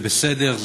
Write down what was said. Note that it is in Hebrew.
זה בסדר,